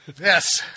yes